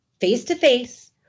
face-to-face